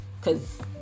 Cause